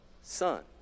son